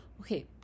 okay